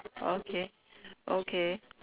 okay okay